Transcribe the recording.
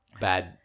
bad